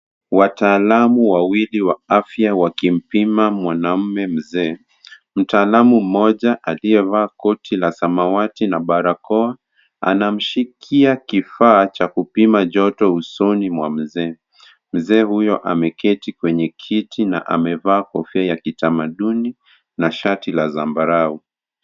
Wataalamu wawili wa afya wakimpima mwanaume mzee. Mtaalamu mmoja aliyevaa koti la samawati na barakoa, anamshikia kifaa cha kupima joto usoni mwa mzee. Mzee huyo ameketi kwenye kiti na amevaa kofia ya kitamaduni na shati la zambarau.